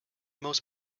most